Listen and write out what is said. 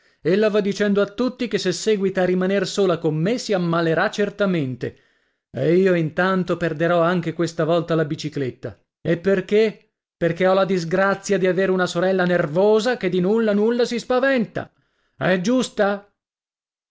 ella va dicendo a tutti che se seguita a rimaner sola con me si ammalerà certamente e io intanto perderò anche questa volta la bicicletta e perché perché ho la disgrazia di avere una sorella nervosa che di nulla nulla si spaventa è giusta